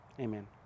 Amen